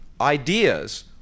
ideas